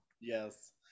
Yes